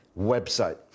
website